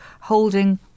holding